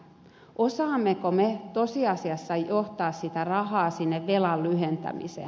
osaammeko me tosiasiassa johtaa sitä rahaa sinne velan lyhentämiseen